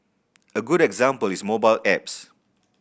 a good example is mobile apps